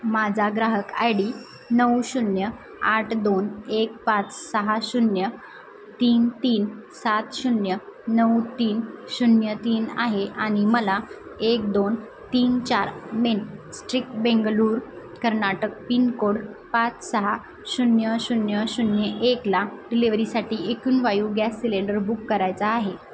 माझा ग्राहक I D नऊ शून्य आठ दोन एक पाच सहा शून्य तीन तीन सात शून्य नऊ तीन शून्य तीन आहे आणि मला एक दोन तीन चार main street Bengaluru Karnataka pin code पाच सहा शून्य शून्य शून्य एकला डिलिवरीसाठी एकूण वायू गॅस सिलेंडर बुक करायचा आहे